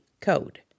code